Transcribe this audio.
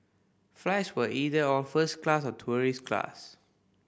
flights were either all first class or tourist class